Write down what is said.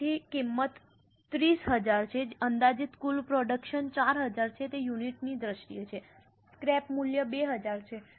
તેથી કિંમત 30000 છે અંદાજિત કુલ પ્રોડક્શન 4000 છે તે યુનિટ ની દ્રષ્ટિએ છે સ્ક્રેપ મૂલ્ય 2000 છે